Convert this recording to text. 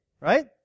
right